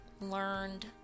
learned